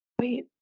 Wait